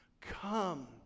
come